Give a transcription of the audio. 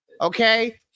Okay